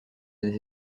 des